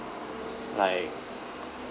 like